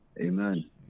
amen